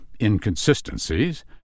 inconsistencies